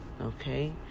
Okay